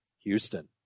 Houston